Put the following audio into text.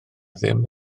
ddim